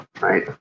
Right